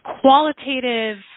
qualitative